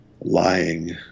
lying